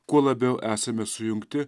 kuo labiau esame sujungti